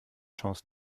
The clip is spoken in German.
chance